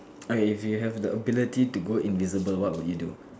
okay if you have the ability to go invisible what would you do